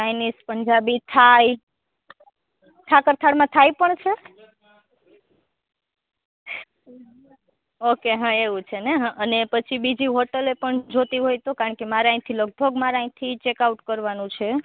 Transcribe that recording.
Chinese Punjabi Thai ઠાકર થાળમાં થાઈ પણ છે ઓકે હં એવું છે ને હં અને પછી બીજી હોટલે પણ જોઈતી હોય તો કારણકે મારે અહીંથી લગભગ મારે અહીંથી ચેકઆઉટ કરવાનું છે